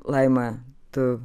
laima tu